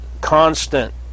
constant